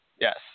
Yes